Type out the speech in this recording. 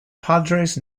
padres